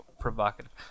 provocative